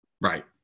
Right